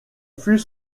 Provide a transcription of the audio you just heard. fut